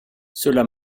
cela